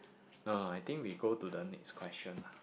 uh I think we go to the next question lah